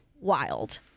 wild